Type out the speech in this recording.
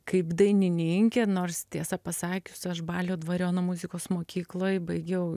kaip dainininkė nors tiesą pasakius aš balio dvariono muzikos mokykloj baigiau